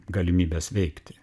galimybes veikti